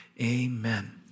Amen